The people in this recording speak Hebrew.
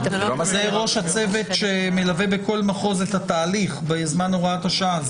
זה ראש הצוות שמלווה בכל מחוז את התהליך בזמן הוראת השעה.